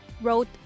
wrote